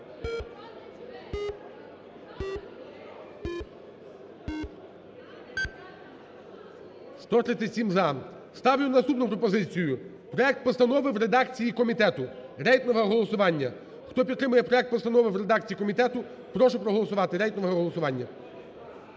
За-137 Ставлю наступну пропозицію. Проект Постанови в редакції комітету, рейтингове голосування. Хто підтримує проект Постанови в редакції комітету, прошу проголосувати, рейтингове голосування.